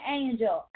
angel